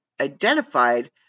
identified